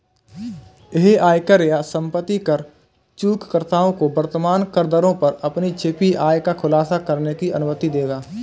यह आयकर या संपत्ति कर चूककर्ताओं को वर्तमान करदरों पर अपनी छिपी आय का खुलासा करने की अनुमति देगा